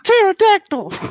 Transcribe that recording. Pterodactyl